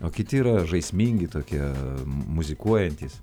o kiti yra žaismingi tokie muzikuojantys